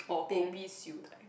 or kopi siew dai